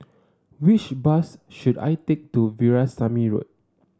which bus should I take to Veerasamy Road